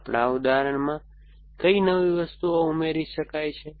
તો આપણા ઉદાહરણમાં કઈ નવી વસ્તુઓ ઉમેરી શકાય છે